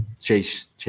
Chase –